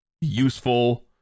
useful